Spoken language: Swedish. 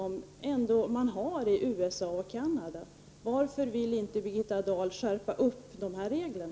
Varför vill inte Birgitta Dahl t.ex. skärpa de här reglerna?